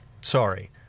Sorry